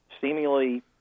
seemingly